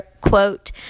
quote